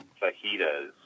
fajitas